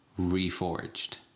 Reforged